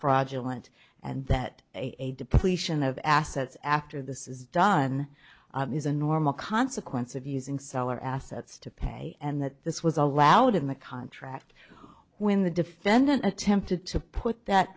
and and that a depletion of assets after this is done is a normal consequence of using seller assets to pay and that this was allowed in the contract when the defendant attempted to put that